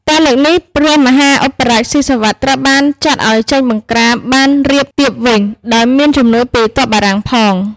តែលើកនេះ ព្រះមហាឧបរាជស៊ីសុវត្ថិត្រូវបានចាត់ឱ្យចេញបង្ក្រាបបានរាបទាបវិញ ដោយមានជំនួយពីទ័ពបារាំងផង។